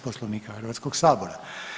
Poslovnika Hrvatskog sabora.